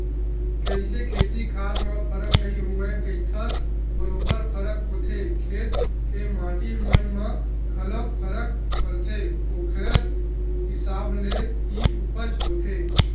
कइसे खेत खार म फरक नइ होवय कहिथस बरोबर फरक होथे खेत के माटी मन म घलोक फरक परथे ओखर हिसाब ले ही उपज होथे